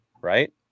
Right